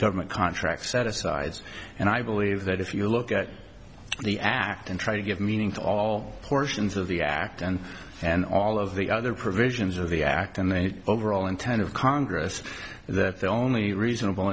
government contracts set asides and i believe that if you look at the act and try to give meaning to all portions of the act and and all of the other provisions of the act and then overall intent of congress that the only reasonable